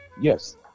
Yes